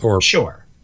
Sure